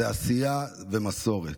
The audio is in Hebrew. זו עשייה ומסורת.